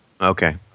Okay